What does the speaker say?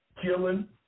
Killing